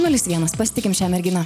nulis vienas pasitikim šią merginą